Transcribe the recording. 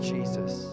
Jesus